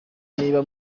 niba